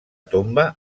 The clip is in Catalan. tomba